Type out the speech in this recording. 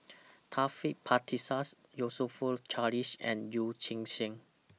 Taufik Batisah's YOU So Fook Charles and Yee Chia Hsing